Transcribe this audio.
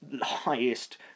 highest